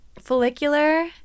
Follicular